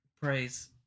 praise